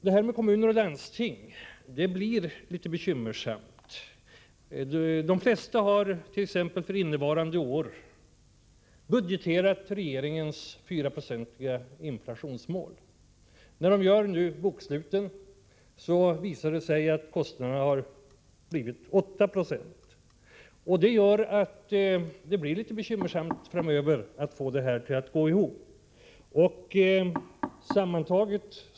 Det här regeringsförslaget gör nämligen att det blir litet bekymmersamt för kommunerna och landstingen. De flesta kommuner och landsting har för innevarande år budgeterat på grundval av regeringens 4-procentiga inflationsmål. När man nu arbetar med boksluten visar det sig att inflationen blivit 8 96. Det blir, som sagt, litet bekymmersamt för kommunerna och landstingen när det gäller att få budgeten att gå ihop.